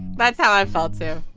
that's how i felt there